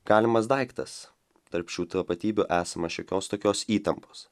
galimas daiktas tarp šių tapatybių esama šiokios tokios įtampos